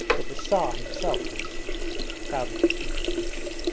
but the tsar himself, knows him proudly explained vanyusha.